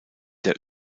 der